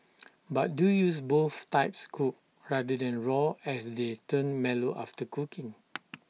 but do use both types cooked rather than raw as they turn mellow after cooking